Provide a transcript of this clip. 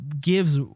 gives